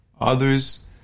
Others